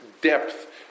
depth